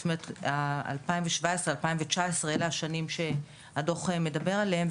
זאת אומרת 2017-2019 אלה השנים שהדו"ח מדבר עליהם,